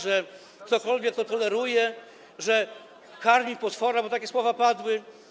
że ktokolwiek to toleruje, że karmi potwora, bo takie słowa padły.